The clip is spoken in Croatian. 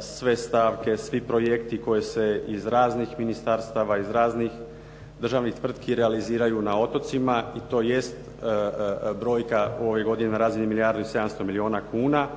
sve stavke, svi projekti koji se iz raznih ministarstava, iz raznih državnih tvrtki realiziraju na otocima i to jest brojka u ovoj godini na razini milijardu i 700 milijuna kuna.